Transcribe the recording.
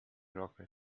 rocket